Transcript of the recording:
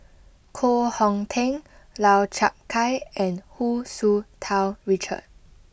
Koh Hong Teng Lau Chiap Khai and Hu Tsu Tau Richard